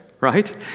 right